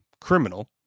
criminal